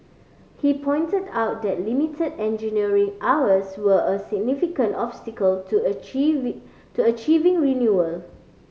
he pointed out that limited engineering hours were a significant obstacle to to achieving renewal